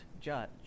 judge